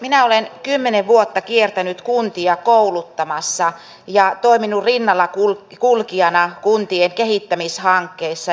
minä olen kymmenen vuotta kiertänyt kuntia kouluttamassa ja toiminut rinnalla kulkijana kuntien kehittämishankkeissa